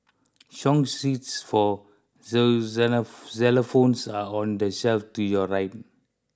song sheets for xylophones are on the shelf to your right